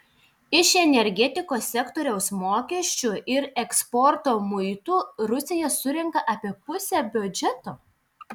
iš energetikos sektoriaus mokesčių ir eksporto muitų rusija surenka apie pusę biudžeto